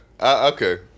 okay